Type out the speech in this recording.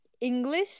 English